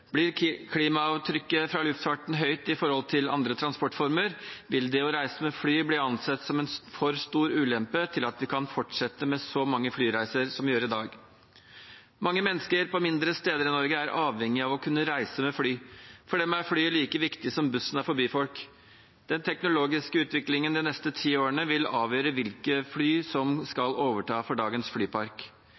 Blir klimaavtrykket fra luftfarten høyt i forhold til andre transportformer, vil det å reise med fly bli ansett som en for stor ulempe til at vi kan fortsette med så mange flyreiser som vi gjør i dag. Mange mennesker på mindre steder i Norge er avhengige av å kunne reise med fly. For dem er fly like viktig som bussen er for byfolk. Den teknologiske utviklingen de neste ti årene vil avgjøre hvilke fly som skal overta for dagens flypark.